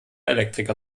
elektriker